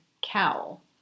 Cowl